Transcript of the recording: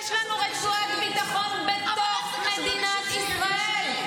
יש לנו רצועת ביטחון בתוך מדינת ישראל,